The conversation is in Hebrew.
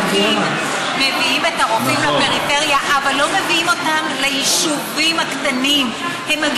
המענקים מביאים את הרופאים לפריפריה, אבל, אני לא